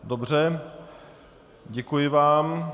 Dobře, děkuji vám.